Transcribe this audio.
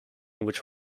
which